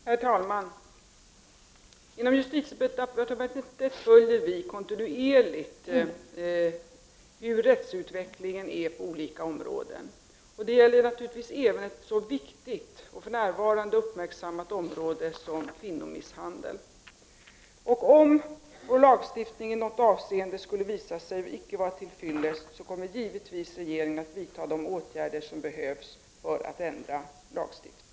Herr talman! I justitiedepartementet följer vi kontinuerligt rättsutvecklingen på olika områden. Det gäller naturligtvis även ett så viktigt och för närvarande uppmärksammat område som kvinnomisshandeln. Om vår lagstiftning i något avseende skulle visa sig icke vara till fyllest, kommer regeringen givetvis att vidta de åtgärder som behövs för att ändra lagstiftningen.